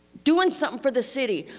doing something for the city.